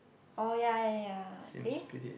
oh ya ya ya eh